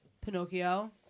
Pinocchio